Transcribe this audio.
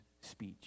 speech